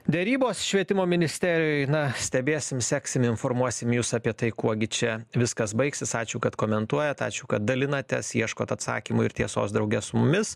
derybos švietimo ministerijoj na stebėsim seksim informuosim jus apie tai kuo gi čia viskas baigsis ačiū kad komentuojate ačiū kad dalinatės ieškot atsakymų ir tiesos drauge su mumis